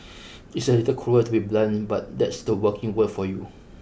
it's a little cruel to be blunt but that's the working world for you